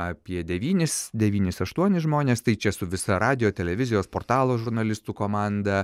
apie devynis devynis aštuonis žmones tai čia su visa radijo televizijos portalo žurnalistų komanda